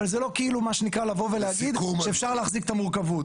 אבל זה לא כאילו מה שנקרא לבוא ולהגיד שאפשר להחזיק את המורכבות.